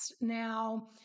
Now